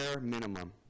minimum